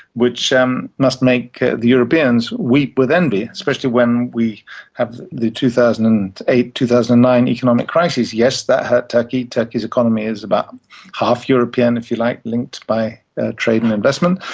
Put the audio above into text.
which um must make the europeans weep with envy, especially when we have the two thousand and eight two thousand and nine economic crisis. yes, that hurt turkey. turkey's economy is about half-european, if you like, linked by trade and investment.